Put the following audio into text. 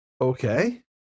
Okay